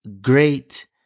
great